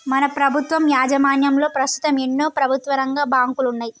మన ప్రభుత్వం యాజమాన్యంలో పస్తుతం ఎన్నో ప్రభుత్వరంగ బాంకులున్నాయి